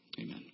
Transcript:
Amen